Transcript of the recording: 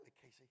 Casey